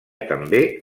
també